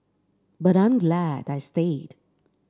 but I am glad I stayed